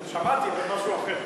שמעתי, אבל משהו אחר.